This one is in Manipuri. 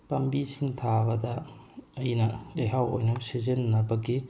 ꯄꯥꯝꯕꯤꯁꯤꯡ ꯊꯥꯕꯗ ꯑꯩꯅ ꯂꯩꯍꯥꯎ ꯑꯣꯏꯅꯕ ꯁꯤꯖꯤꯟꯅꯕꯒꯤ